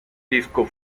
disco